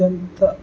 అత్యంత